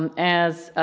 um as